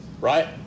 Right